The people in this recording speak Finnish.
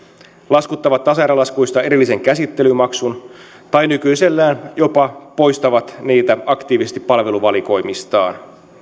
laskuttavat tasaerälaskuista erillisen käsittelymaksun tai nykyisellään jopa poistavat niitä aktiivisesti palveluvalikoimistaan